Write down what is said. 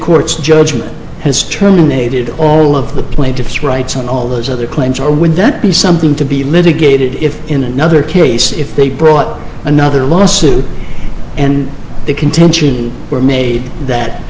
court's judgment has terminated all of the plaintiff's rights and all those other claims are would that be something to be litigated if in another case if they brought another lawsuit and the contention were made that